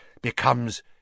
becomes